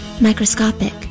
microscopic